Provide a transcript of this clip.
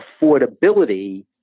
affordability